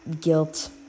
guilt